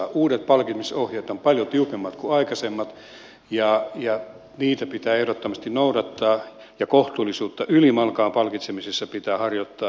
uudet palkitsemisohjeet ovat paljon tiukemmat kuin aikaisemmat ja niitä pitää ehdottomasti noudattaa ja kohtuullisuutta ylimalkaan palkitsemisessa pitää harjoittaa